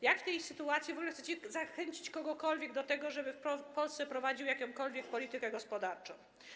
Jak w tej sytuacji w ogóle chcecie zachęcić kogokolwiek do tego, żeby w Polsce prowadził jakąkolwiek politykę gospodarczą?